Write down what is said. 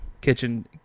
Kitchen